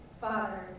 father